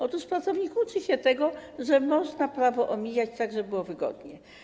Otóż pracownik uczy się tego, że można prawo omijać, tak żeby było wygodnie.